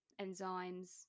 enzymes